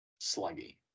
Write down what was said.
sluggy